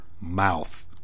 mouth